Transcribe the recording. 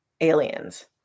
aliens